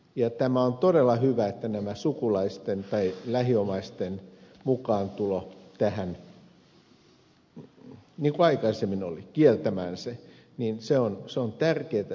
ja tämä on todella hyvä ja tärkeää että sukulaisten tai lähiomaisten mukaantulo tähän niin kuin aikaisemmin oli kieltämään se on pois